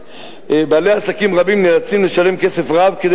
בעלי עסקים רבים נאלצים לשלם כסף רב כדי